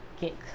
get